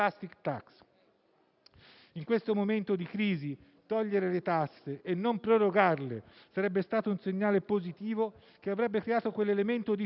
In questo momento di crisi togliere le tasse e non prorogarle sarebbe stato un segnale positivo, che avrebbe creato quell'elemento di fiducia